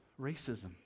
racism